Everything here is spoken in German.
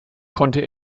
konnte